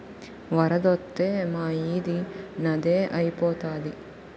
వరదొత్తే మా ఈది నదే ఐపోతాది